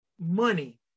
money